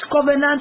covenant